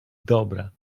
dobra